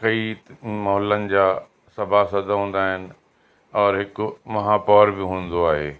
कई मुहलनि जा सभासद हूंदा आहिनि और हिकु महापौर बि हूंदो आहे